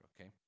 okay